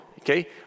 okay